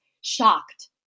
shocked